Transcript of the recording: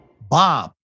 Bob